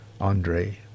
Andre